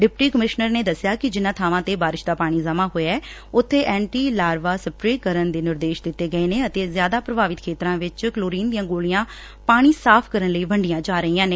deputy commissioner ਨੇ ਦਸਿਆ ਕਿ ਜਿਨਾਂ ਬਾਂਵਾਂ ਜਿੱਬੇ ਬਾਰਿਸ਼ ਦਾ ਪਾਣੀ ਜਮਾਂ ਹੋਇਆ ਹੈ ਉਬੇ ਐਂਟੀ ਲਾਰਵਾ ਸਪ੍ਰੇਅ ਕਰਨ ਲਈ ਨਿਰਦੇਸ਼ ਦਿੱਤੇ ਗਏ ਨੇ ਅਤੇ ਜਿਆਦਾ ਪ੍ਰਭਾਵਿਤ ਖੇਤਰਾਂ ਵਿਚ ਕਲੋਰੀਨ ਦੀਆਂ ਗੋਲੀਆਂ ਪਾਣੀ ਸਾਫ ਕਰਨ ਲਈੰ ਵੰਡੀਆਂ ਜਾ ਰਹੀਆਂ ਨੇ